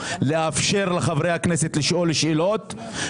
לאפשר לחברי הכנסת לשאול שאלות.